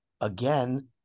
again